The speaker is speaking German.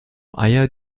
eier